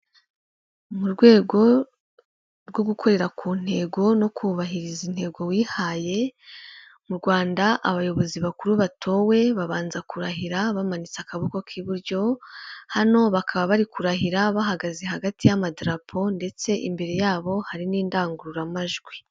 Mu rwego rwo gukorera ku ntego no kubahiriza intego wihaye, mu Rwanda abayobozi bakuru batowe babanza kurahira bamanitse akaboko k'iburyo, hano bakaba bari kurahira bahagaze hagati y'amadarapo ndetse imbere yabo hari n'indangururamajwi.